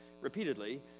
repeatedly